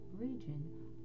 region